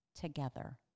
together